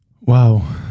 wow